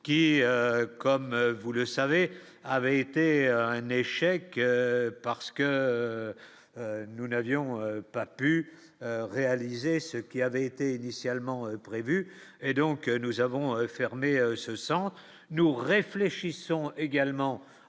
qui, comme vous le savez, avait été un échec. Que parce que nous n'avions pas pu réaliser ce qui avait été initialement prévu et donc nous avons fermé se sentent nous réfléchissons également